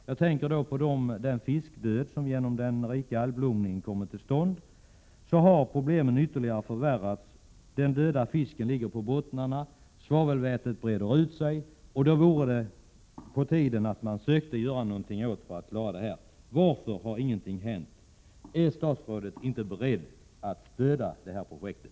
Jag tänker då på fiskdöden på grund av den rika algblomningen. Problemen har härigenom blivit ännu svårare. Den döda fisken ligger på bottnarna och svavelvätet breder ut sig. Därför är det på tiden att man försöker göra någonting åt problemen. Varför har ingenting hänt? Är statsrådet inte beredd att stödja projektet?